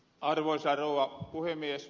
arvoisa rouva puhemies